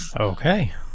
okay